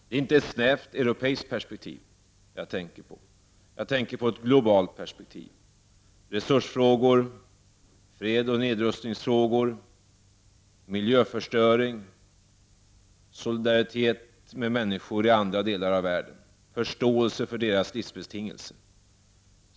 Det är inte ett svenskt eller europeiskt perspektiv som jag tänker på, utan på ett globalt perspektiv: resursfrågor, fredoch nedrustningsfrågor, miljö öring, solidaritet med människor i andra delar av världen och förståelse för deras livsbetingelser.